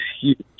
huge